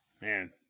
Man